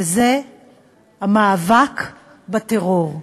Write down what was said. וזה המאבק בטרור.